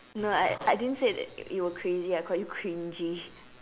no I I didn't say that you were crazy I called you cringey